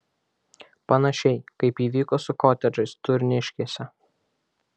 panašiai kaip įvyko su kotedžais turniškėse